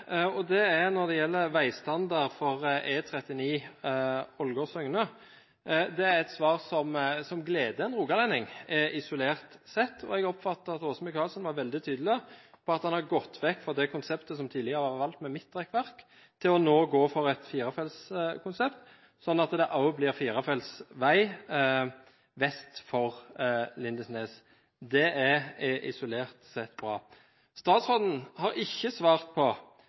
og det gjelder veistandard for E39 Ålgård–Søgne. Det er et svar som isolert sett gleder en rogalending, og jeg oppfattet at Åse Michaelsen var veldig tydelig på at man har gått vekk fra konseptet med midtrekkverk som tidligere var valgt, til nå å gå for et firefeltskonsept, sånn at det også blir firefelts vei vest for Lindesnes. Det er isolert sett bra. Statsråden har ikke svart på